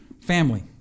family